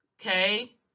Okay